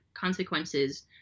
consequences